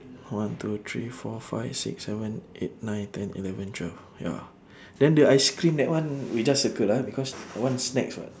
one two three four five six seven eight nine ten eleven twelve ya then the ice cream that one we just circle ah because that one snacks [what]